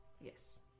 Yes